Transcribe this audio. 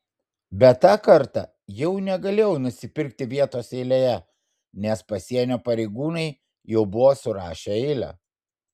bet tą kartą jau negalėjau nusipirkti vietos eilėje nes pasienio pareigūnai jau buvo surašę eilę